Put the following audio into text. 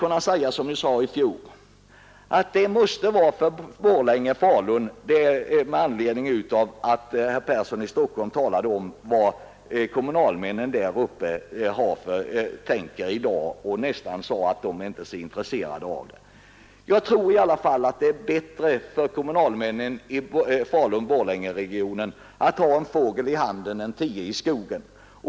När herr Persson i Stockholm säger att kommunalmännen i Borlänge Falunregionen i dag kanske inte är så intresserade av en utlokalisering dit, vill jag upprepa vad jag sade i fjol, nämligen att det är bättre för kommunalmännen i denna region att ha en fågel i handen än tio i skogen.